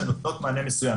שנותנות מענה מסוים,